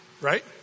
right